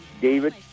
David